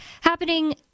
happening